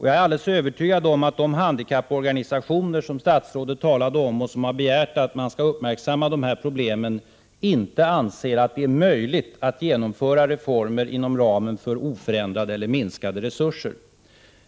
Jag är alldeles övertygad om att de handikapporganisationer som statsrådet talade om och som har begärt att man skall uppmärksamma dessa problem inte anser att det är möjligt att genomföra reformer inom ramen för oförändrade eller minskade resurser.